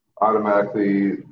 automatically